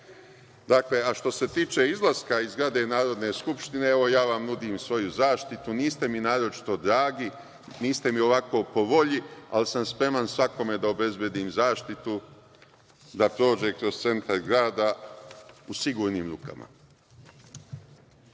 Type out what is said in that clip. a što se tiče izlaska iz zgrada Narodne skupštine, evo, ja vam nudim svoju zaštitu. Niste mi naročito dragi, niste mi ovako po volji, ali sam spreman svakome da obezbedim zaštitu da prođe kroz centar grada u sigurnim rukama.